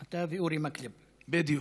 שניכם.